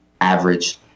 average